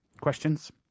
Questions